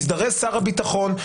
הזדרז שר הביטחון,